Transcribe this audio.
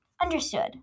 Understood